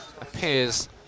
appears